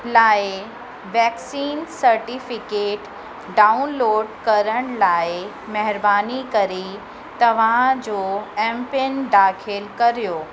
लाइ vaccine certificate download करण लाइ महिरबानी करे तव्हां एम पिन दाखिल करियो